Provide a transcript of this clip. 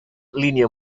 línia